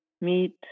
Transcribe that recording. meet